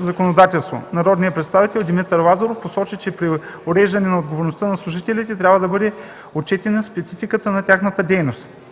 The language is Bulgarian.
законодателство. Народният представител Димитър Лазаров посочи, че при уреждането на отговорността на служителите трябва да бъде отчетена спецификата на тяхната дейност